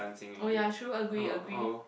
oh ya true agree agree